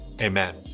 Amen